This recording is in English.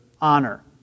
honor